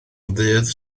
ddydd